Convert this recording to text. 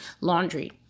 laundry